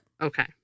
Okay